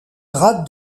grade